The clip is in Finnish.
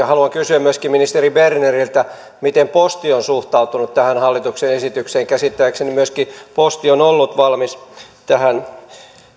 haluan kysyä myöskin ministeri berneriltä miten posti on suhtautunut tähän hallituksen esitykseen käsittääkseni myöskin posti on ollut valmis tähän